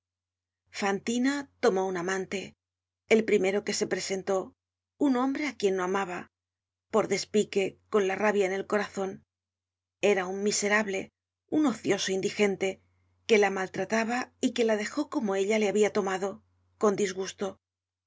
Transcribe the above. fantina tomó un amante el primero que se presentó un hombre á quien no amaba por despique con la rabia en el corazon era un miserable un ocioso indigente que la maltrataba y que la dejó como ella le habia tomado con disgusto